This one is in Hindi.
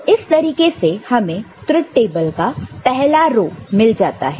तो इस तरीके से हमें ट्रुथ टेबल का पहला रो मिल जाता है